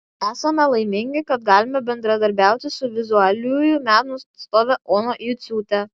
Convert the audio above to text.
esame laimingi kad galime bendradarbiauti su vizualiųjų menų atstove ona juciūte